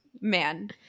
Man